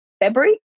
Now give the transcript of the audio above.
February